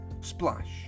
splash